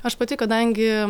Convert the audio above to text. aš pati kadangi